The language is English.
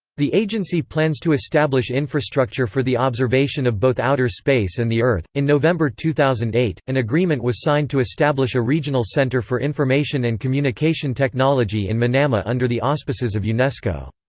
the agency plans to establish infrastructure for the observation of both outer space and the earth in november two thousand and eight, an agreement was signed to establish a regional centre for information and communication technology in manama under the auspices of unesco.